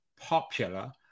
popular